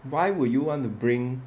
why would you want to bring